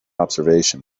observation